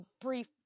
brief